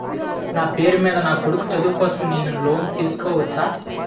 నా పేరు మీద నా కొడుకు చదువు కోసం నేను లోన్ తీసుకోవచ్చా?